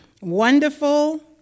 wonderful